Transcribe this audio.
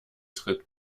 tritt